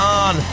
on